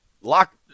lock